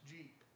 Jeep